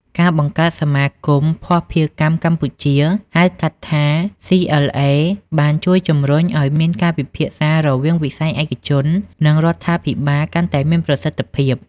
ការបង្កើតសមាគមភស្តុភារកម្មកម្ពុជា ( ហៅកាត់ថា CLA) បានជួយជំរុញឱ្យមានការពិភាក្សារវាងវិស័យឯកជន និងរដ្ឋាភិបាលកាន់តែមានប្រសិទ្ធភាព។